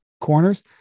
corners